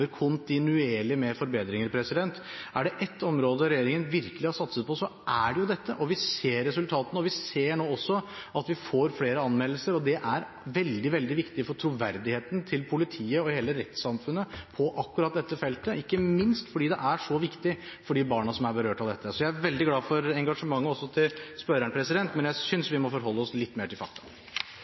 kontinuerlig med forbedringer. Er det ett område regjeringen virkelig har satset på, så er det dette. Og vi ser resultatene. Vi ser nå også at vi får flere anmeldelser, og det er veldig, veldig viktig for troverdigheten til politiet og hele rettssamfunnet på akkurat dette feltet, ikke minst fordi det er så viktig for de barna som er berørt av dette. Jeg er veldig glad for engasjementet til spørreren, men jeg synes vi må forholde oss litt mer til fakta.